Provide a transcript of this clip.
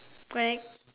correct